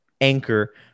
anchor